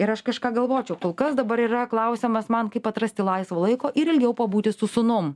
ir aš kažką galvočiau kas dabar yra klausiamas man kaip atrasti laisvo laiko ir ilgiau pabūti su sūnum